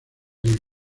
río